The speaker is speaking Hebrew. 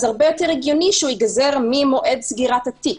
הרבה יותר הגיוני שייגזר ממועד סגירת התיק